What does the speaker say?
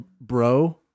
bro